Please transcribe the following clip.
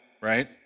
right